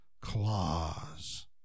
Claws